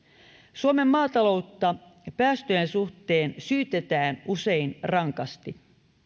suomen maataloutta päästöjen suhteen syytetään usein rankasti